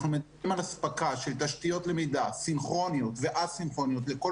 אנחנו מדברים על אספקה של תשתיות למידה סינכרוניות וא-סינכרוניות לכל